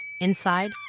Inside